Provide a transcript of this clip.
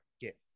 get